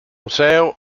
museo